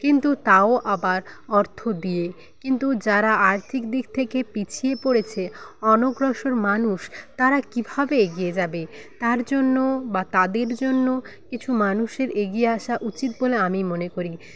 কিন্তু তাও আবার অর্থ দিয়ে কিন্তু যারা আর্থিক দিক থেকে পিছিয়ে পড়েছে অনগ্রসর মানুষ তারা কীভাবে এগিয়ে যাবে তার জন্য বা তাদের জন্য কিছু মানুষের এগিয়ে আসা উচিত বলে আমি মনে করি